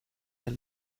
del